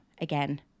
again